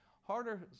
Harder